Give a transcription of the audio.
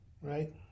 right